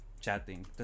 chatting